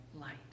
light